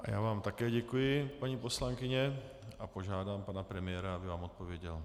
Já vám také děkuji, paní poslankyně, a požádám pana premiéra, aby vám odpověděl.